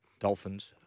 Dolphins